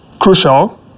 crucial